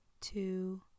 two